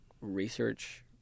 research